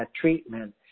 treatment